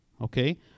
Okay